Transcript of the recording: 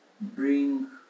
bring